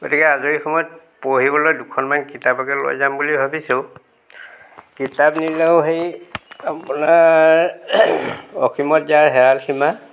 গতিকে আজৰি সময়ত পঢ়িবলৈ দুখনমান কিতাপকে লৈ যাম বুলি ভাবিছোঁ কিতাপ নিলেও সেই আপোনাৰ অসীমত যাৰ হেৰাল সীমা